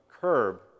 curb